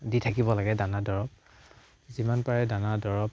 দি থাকিব লাগে দানা দৰৱ যিমান পাৰে দানা দৰৱ